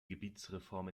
gebietsreform